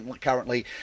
currently